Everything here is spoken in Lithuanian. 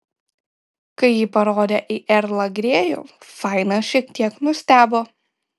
kai ji parodė į erlą grėjų fainas šiek tiek nustebo